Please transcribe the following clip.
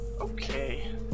Okay